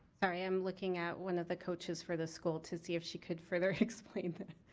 sorry, i'm looking at one of the coaches for the school to see if she could further explain that.